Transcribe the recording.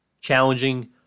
challenging